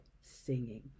singing